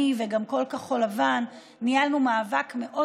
אני וגם כל כחול לבן ניהלנו מאבק מאוד